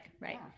right